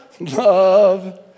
Love